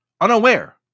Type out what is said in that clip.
unaware